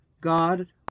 God